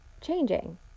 changing